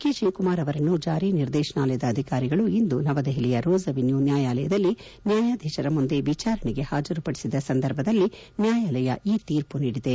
K Shivakumar ಅವರನ್ನು ಜಾರಿ ನಿರ್ದೇಶನಾಲಯ ಅಧಿಕಾರಿಗಳು ಇಂದು ನವದೆಹಲಿಯ ರೋಸ್ ಅವಿನ್ಯೂ ನ್ಯಾಯಾಲಯದಲ್ಲಿ ನ್ಯಾಯಾಧೀಶರ ಮುಂದೆ ವಿಚಾರಣೆಗೆ ಹಾಜರುಪಡಿಸಿದ್ದ ಸಂದರ್ಭದಲ್ಲಿ ನ್ಯಾಯಾಲಯ ಈ ತೀರ್ಮ ನೀಡಿದೆ